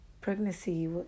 pregnancy